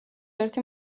ერთი